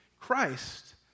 Christ